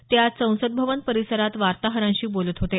ते आज संसद भवन परिसरात वार्ताहरांशी बोलत होते